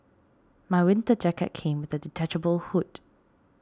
my winter jacket came with a detachable hood